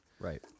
Right